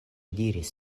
diris